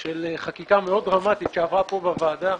של חקיקה מאוד דרמטית שעברה פה בוועדה,